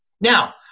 now